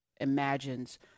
imagines